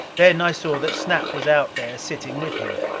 then i saw that snap was out there sitting with him.